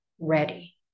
ready